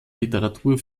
literatur